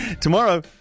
tomorrow